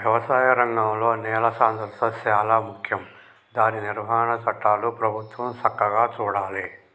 వ్యవసాయ రంగంలో నేల సాంద్రత శాలా ముఖ్యం దాని నిర్వహణ చట్టాలు ప్రభుత్వం సక్కగా చూడాలే